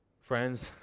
Friends